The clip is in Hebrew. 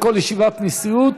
בכל ישיבת נשיאות,